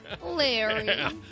Larry